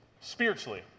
spiritually